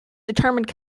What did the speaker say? determined